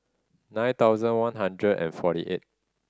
nine thousand one hundred and forty eight